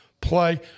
play